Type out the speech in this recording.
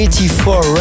84